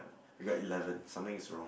I got eleven something is wrong